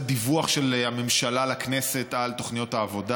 דיווח של הממשלה לכנסת על תוכניות העבודה.